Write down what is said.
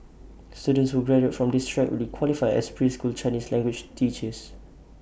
students who graduate from this track will qualify as preschool Chinese language teachers